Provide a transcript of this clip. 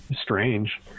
strange